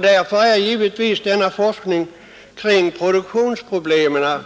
Därför är givetvis forskningen kring produktionsproblemen